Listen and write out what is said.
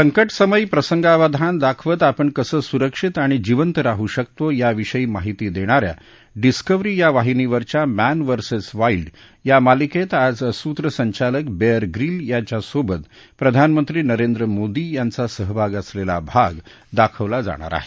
संकट समयी प्रसंगावधान दाखवत आपण कसं सुरक्षित आणि जिवंत राहू शकतो याविषयी माहिती देणाऱ्या डिस्कव्हरी या वाहिनीवरच्या मॅन व्हर्सेस वाईल्ड या मालिकेत आज सूत्रसंचालक बेअर ग्रील यांच्यासोबत प्रधानमंत्री नरेंद्र मोदी यांचा सहभाग असलेला भाग दाखवला जाणार आहे